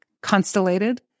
constellated